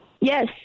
Yes